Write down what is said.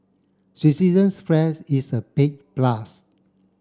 Switzerland's flag is a big plus